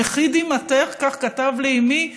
מחי דמעתך, כך כתב לאימי,